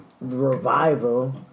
revival